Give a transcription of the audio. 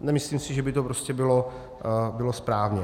Nemyslím si, že by to prostě bylo správně.